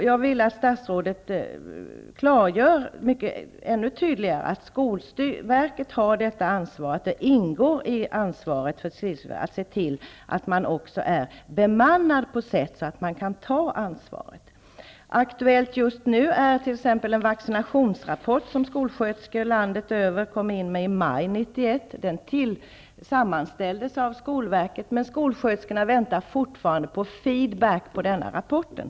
Jag vill att statsrådet tydligare gör klart att det ingår i skolverkets ansvar att se till att det finns en bemanning så att verket kan ta ansvaret. Aktuellt just nu är en vaccinationsrapport från skolsköterskor landet runt som lämnades in i maj 1991. Rapporten sammanställdes av skolverket, men skolsköterskorna väntar fortfarande på en feedback.